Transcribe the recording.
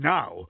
Now